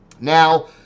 now